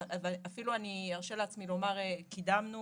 ואפילו אני ארשה לעצמי לומר שקידמנו